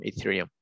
Ethereum